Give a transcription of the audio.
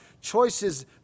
choices